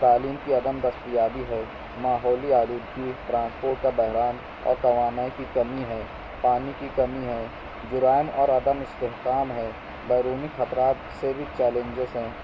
تعلیم کی عدم دستیابی ہے ماحولی آلودگی ٹرانسپورٹ كا بحران اور توانائی کی كمى ہے پانی کی کمی ہے جرائم اور عدم استحکام ہے بیرونی خطرات سے بھی چیلنجس ہیں